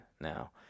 now